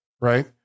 right